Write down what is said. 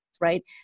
Right